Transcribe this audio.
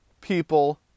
people